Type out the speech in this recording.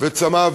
בצמא,